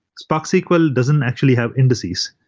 spark sql doesn't actually have indexes.